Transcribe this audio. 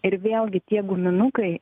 ir vėlgi tie guminukai